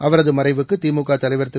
அவரது மறைவுக்கு திமுக தலைவா் திரு